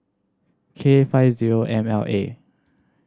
K five zero M L A